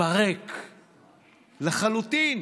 התפרק לחלוטין.